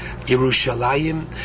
Yerushalayim